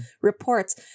reports